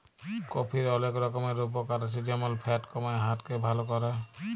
কফির অলেক রকমের উপকার আছে যেমল ফ্যাট কমায়, হার্ট কে ভাল ক্যরে